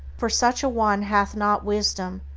for such a one hath not wisdom,